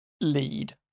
lead